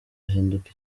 ahinduka